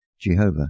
Jehovah